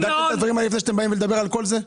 בדקתם את הדברים האלה לפני שאתם מדברים על כל זה?